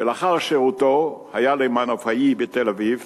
ולאחר שירותו היה למנופאי בתל-אביב